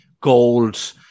gold